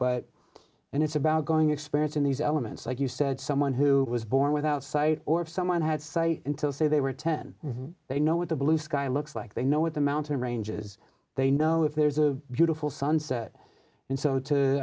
and it's about going experience in these elements like you said someone who was born without sight or if someone had sight until say they were ten they know what the blue sky looks like they know what the mountain ranges they know if there's a beautiful sunset and so to